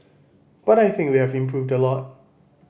but I think we have improved a lot